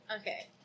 Okay